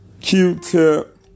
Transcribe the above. Q-Tip